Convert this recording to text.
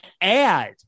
add